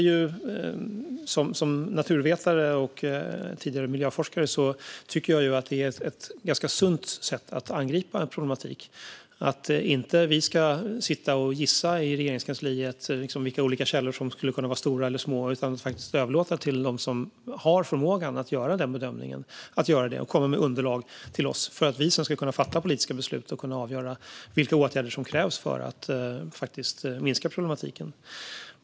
Som naturvetare och tidigare miljöforskare tycker jag att detta är ett ganska sunt sätt att angripa en problematik. Vi i Regeringskansliet ska inte sitta och gissa vilka källor som är stora eller små utan överlåta det till dem som har förmågan att göra denna bedömning. De får ta fram underlag till oss så att vi som ska fatta politiska beslut kan avgöra vilka åtgärder som krävs för att minska problematiken.